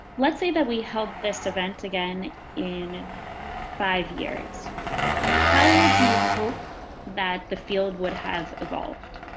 let's say that we hope this event again in five years how would you hope that the field would have evolved